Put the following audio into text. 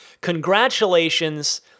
congratulations